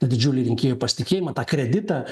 tą didžiulį rinkėjų pasitikėjimą tą kreditą